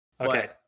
Okay